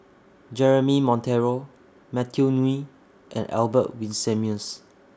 Jeremy Monteiro Matthew Ngui and Albert Winsemius